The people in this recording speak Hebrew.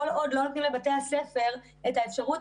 כל עוד לא נותנים לבתי הספר את האפשרות